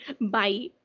Bye